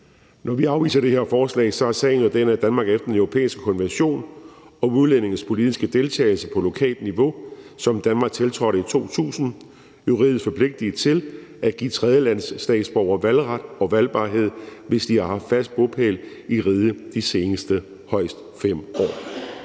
Når vi afviser det her forslag, er sagen jo den, at Danmark efter den europæiske konvention om udlændinges politiske deltagelse på lokalt niveau, som Danmark tiltrådte i 2000, er juridisk forpligtet til at give tredjelandsstatsborgere valgret og valgbarhed, hvis de har haft fast bopæl i riget de seneste 5 år.